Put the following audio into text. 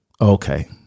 okay